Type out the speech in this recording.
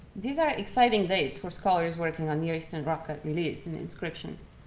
these are exciting days for scholars working on near eastern rock cut reliefs and inscriptions.